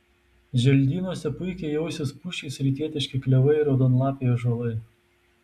želdynuose puikiai jausis pušys rytietiški klevai raudonlapiai ąžuolai